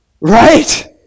Right